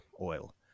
oil